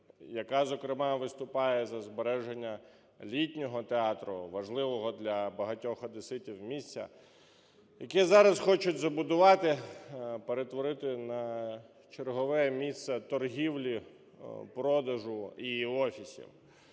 яка, зокрема, виступає за збереження Літнього театру – важливого для багатьох одеситів місця, яке зараз хочуть забудувати, перетворити на чергове місце торгівлі, продажу і офісів.